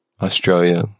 Australia